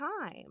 time